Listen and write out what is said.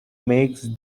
makes